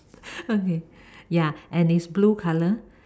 okay ya and it is blue color